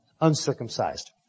uncircumcised